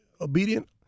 obedient